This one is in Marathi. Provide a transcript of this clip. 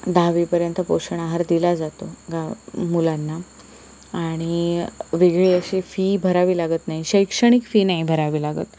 दहावीपर्यंत पोषण आहार दिला जातो गाव मुलांना आणि वेगळी अशी फी भरावी लागत नाही शैक्षणिक फी नाही भरावी लागत